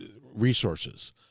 resources